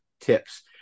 tips